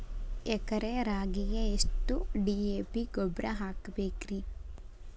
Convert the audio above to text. ಎಕರೆ ರಾಗಿಗೆ ಎಷ್ಟು ಡಿ.ಎ.ಪಿ ಗೊಬ್ರಾ ಹಾಕಬೇಕ್ರಿ?